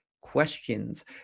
questions